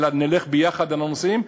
אלא נלך ביחד על הנושאים.